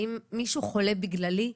האם מישהו חולה בגללי?